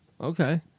Okay